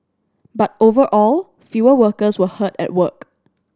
but overall fewer workers were hurt at work